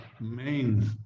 main